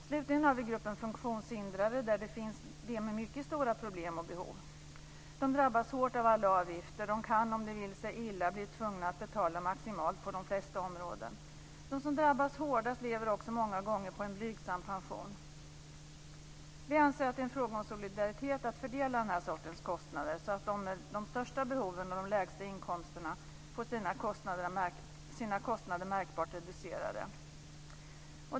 Slutligen har vi gruppen funktionshindrade, där de finns som har mycket stora problem och behov. De drabbas hårt av alla avgifter. De kan om det vill sig illa bli tvungna att betala maximalt på de flesta områden. De som drabbas hårdast lever också många gånger på en blygsam pension. Vi anser att det är en fråga om solidaritet att fördela den här sortens kostnader, så att de med de största behoven och de lägsta inkomsterna får sina kostnader märkbart reducerade.